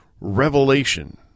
revelation